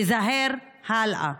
תיזהר הלאה.